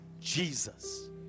Jesus